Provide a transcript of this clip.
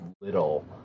little